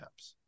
apps